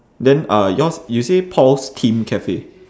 then uh yours you say paul's tim cafe